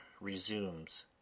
resumes